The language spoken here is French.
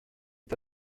est